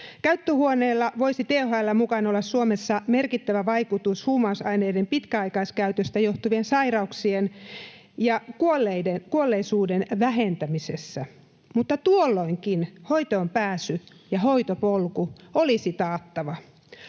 Käyttöhuoneilla voisi THL:n mukaan olla Suomessa merkittävä vaikutus huumausaineiden pitkäaikaiskäytöstä johtuvien sairauksien ja kuolleisuuden vähentämisessä, mutta tuolloinkin hoitoonpääsy ja hoitopolku olisi taattava.